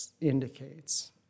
indicates